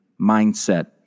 mindset